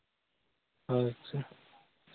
ᱦᱳᱭ ᱟᱪᱪᱷᱟ